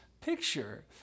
picture